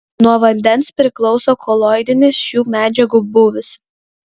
nuo vandens priklauso koloidinis šių medžiagų būvis